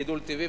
לגידול טבעי,